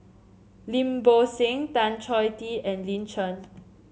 Lim Bo Seng Tan Choh Tee and Lin Chen